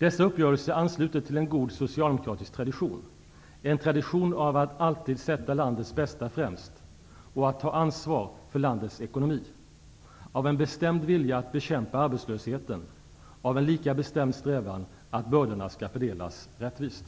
Dessa uppgörelser ansluter till en god socialdemokratisk tradition, en tradition av att alltid sätta landets bästa främst och att ta ansvar för landets ekonomi, av en bestämd vilja att bekämpa arbetslösheten, av en lika bestämd strävan att bördorna skall fördelas rättvist.